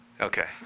Okay